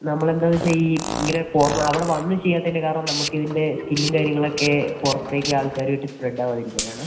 നമ്മൾ എന്താണെന്ന് വെച്ചാൽ ഈ ഇങ്ങനെ പൊറ അവിടെ വന്ന് ചെയ്യാത്തതിന്റെ കാരണം നമുക്ക് ഇതിൻ്റെ സ്കില്ലും കാര്യങ്ങളൊക്കെ പുറത്തേക്ക് ആൾക്കാരുമായിട്ട് സ്പ്രെഡ് ആവാതിരിക്കാനാണേ